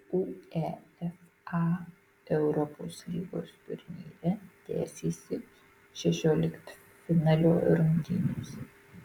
uefa europos lygos turnyre tęsėsi šešioliktfinalio rungtynės